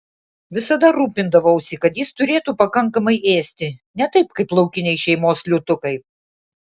visada rūpindavausi kad jis turėtų pakankamai ėsti ne taip kaip laukiniai šeimos liūtukai